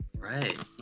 Right